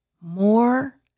more